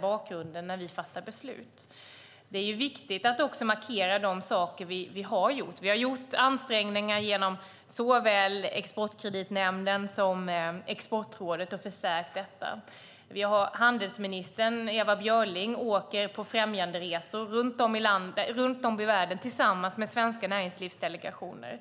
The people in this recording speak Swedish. bakgrunden när vi fattar beslut. Det är viktigt att också markera det som vi har gjort. Vi har gjort ansträngningar genom såväl Exportkreditnämnden som Exportrådet och förstärkt detta. Handelminister Ewa Björling åker på främjanderesor runt om i världen tillsammans med svenska näringslivsdelegationer.